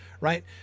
right